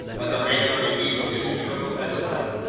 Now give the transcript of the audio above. like a man on the eve of his eternal exile,